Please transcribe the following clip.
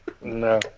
No